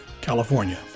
California